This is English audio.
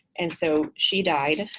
and so she died.